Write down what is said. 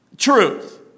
Truth